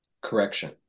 correction